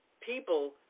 people